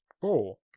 Four